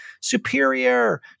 superior